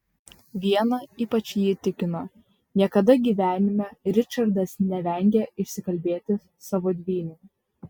viena ypač jį įtikino niekada gyvenime ričardas nevengė išsikalbėti savo dvyniui